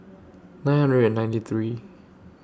nine hundred and ninety three